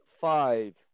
five